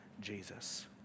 Jesus